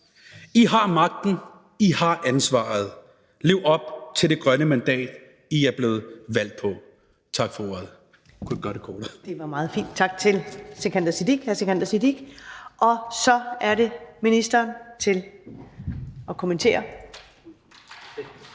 I har magten. I har ansvaret. Lev op til det grønne mandat, I er blevet valgt på. Tak for ordet.